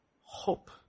hope